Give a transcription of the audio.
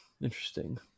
Interesting